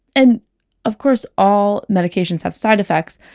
and of course, all medications have side effects.